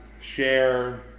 share